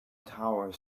tower